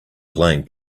playing